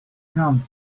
come